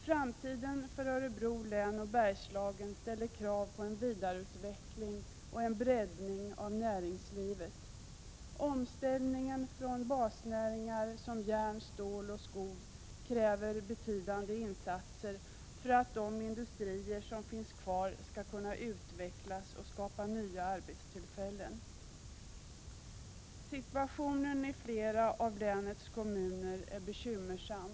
Framtiden för Örebro län och Bergslagen ställer krav på en vidareutveckling och en breddning av näringslivet. Omställningen från basnäringar som järn, stål och skog kräver betydande insatser för att de industrier som finns kvar skall kunna utvecklas och skapa nya arbetstillfällen. Situationen i flera av länets kommuner är bekymmersam.